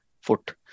foot